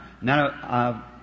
Now